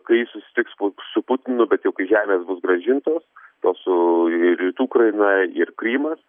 kai susitiks su putinu bet jau kai žemės bus grąžintos tos ir rytų ukraina ir krymas